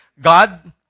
God